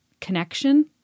connection